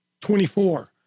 24